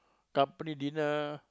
company dinner